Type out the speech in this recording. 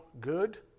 good